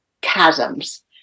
chasms